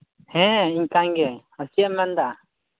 ᱦᱮᱸ ᱤᱧ ᱠᱟᱱ ᱜᱤᱭᱟᱹᱧ ᱪᱮᱫ ᱮᱢ ᱢᱮᱱ ᱮᱫᱟ